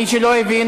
מי שלא הבין,